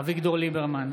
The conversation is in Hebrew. אביגדור ליברמן,